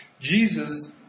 Jesus